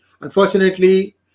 Unfortunately